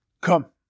Come